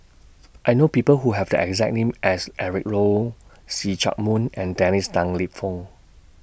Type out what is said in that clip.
I know People Who Have The exact name as Eric Low See Chak Mun and Dennis Tan Lip Fong